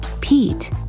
Pete